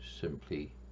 simply